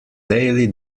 daily